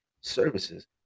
services